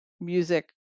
music